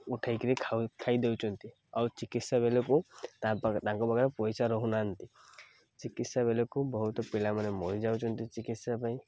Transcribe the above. ଉଠେଇକିରି ଖାଉ ଖାଇ ଦେଉଛନ୍ତି ଆଉ ଚିକିତ୍ସା ବେଲକୁ ତାଙ୍କ ପାଖରେ ପଇସା ରହୁନାହାନ୍ତି ଚିକିତ୍ସା ବେଲେକୁ ବହୁତ ପିଲାମାନେ ମରିଯାଉଛନ୍ତି ଚିକିତ୍ସା ପାଇଁ